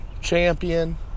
champion